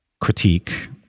critique